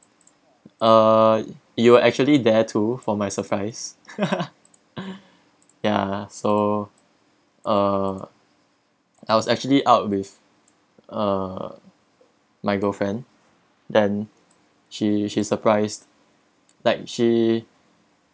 uh you were actually there too for my surprise ya so uh I was actually out with uh my girlfriend then she she surprised like she